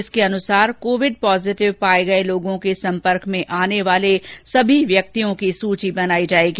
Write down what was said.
इसके अनुसार Covid positive पाए गए लोगों के संपर्क में आने वाले सभी व्यक्तियों की सुची बनाए जाएगी